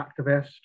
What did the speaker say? activist